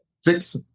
Six